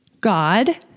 God